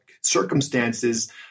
circumstances